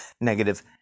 negative